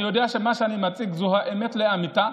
אני יודע שמה שאני מציג זה האמת לאמיתה,